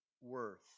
worth